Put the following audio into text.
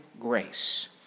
grace